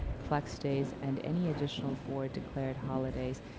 flex days, and any additional board-declared holidays.